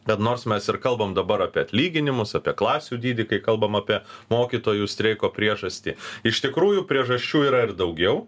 bet nors mes ir kalbam dabar apie atlyginimus apie klasių dydį kai kalbam apie mokytojų streiko priežastį iš tikrųjų priežasčių yra ir daugiau